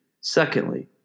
Secondly